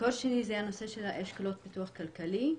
מקור שני הוא הנושא של אשכולות פיתוח כלכלי.